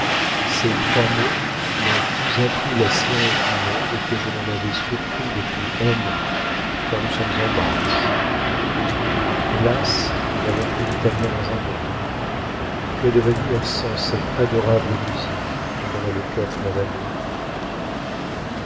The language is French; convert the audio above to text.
ces trois mots m'ont plus appris la science du monde que je n'en avais surpris depuis un an car nous sommes en mars hélas nous n'avons plus d'italiens dans un mois que devenir sans cette adorable musique quand on a le cœur plein d'amour